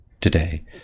today